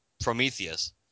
Prometheus